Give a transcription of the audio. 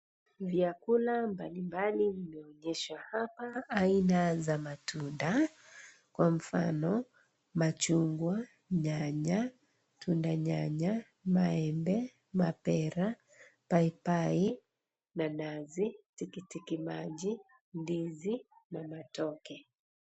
Vyakula mbalimbali vimeonyeshwa hapa, aina za matunda. Kwa mfano, machungwa, nyanya, tunda nyanya, maembe, mapera, paipai, nanasi, tikitiki maji, ndizi na matoke.